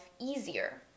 easier